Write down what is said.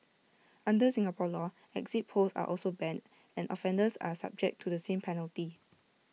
under Singapore law exit polls are also banned and offenders are subject to the same penalty